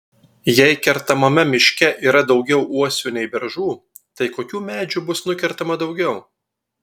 jei kertamame miške yra daugiau uosių nei beržų tai kokių medžių bus nukertama daugiau